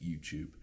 YouTube